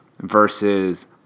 versus